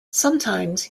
sometimes